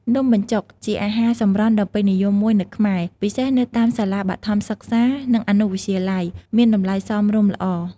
នំបញ្ចុកជាអាហារសម្រន់ដ៏ពេញនិយមមួយនៅខ្មែរ ពិសេសនៅតាមសាលាបឋមសិក្សា និងអនុវិទ្យាល័យ មានតម្លៃសមរម្យល្អ។